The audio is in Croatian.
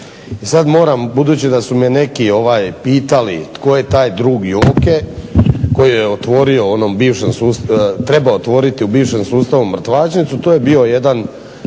Sad moram, budući da su me neki pitali tko je taj drug Joke koji je trebao otvoriti u onom bivšem sustavu mrtvačnicu, to je bio jedan